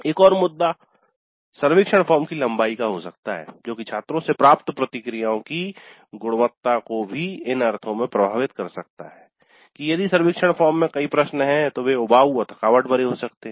एक और मुद्दा सर्वेक्षण फॉर्म की लंबाई का हो सकता है जो की छात्रों से प्राप्त प्रतिक्रियाओं की गुणवत्ता को भी इन अर्थों में प्रभावित कर सकता है कि यदि सर्वेक्षण फॉर्म में कई प्रश्न हैं तो वे उबाऊ और थकावट भरे हो सकते है